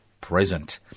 present